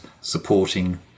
supporting